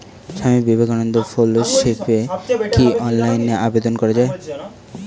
স্বামী বিবেকানন্দ ফেলোশিপে কি অনলাইনে আবেদন করা য়ায়?